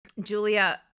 Julia